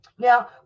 Now